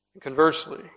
Conversely